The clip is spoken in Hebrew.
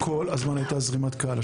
כל הזמן הייתה זרימת קהל.